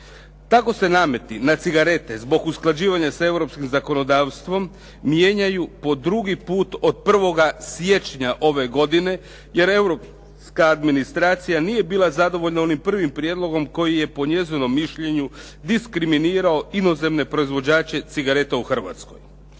Tako se nameti na cigarete zbog usklađivanja s europskim zakonodavstvom mijenjaju po drugi put od 1. siječnja ove godine jer europska administracija nije bila zadovoljna onim prvim prijedlogom koji je po njezinom mišljenju diskriminirao inozemne proizvođače cigareta u Hrvatskoj.